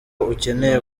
ukeneye